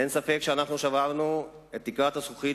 אין ספק שאנחנו שברנו את תקרת הזכוכית